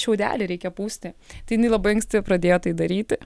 šiaudelį reikia pūsti tai jinai labai anksti pradėjo tai daryti